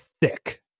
thick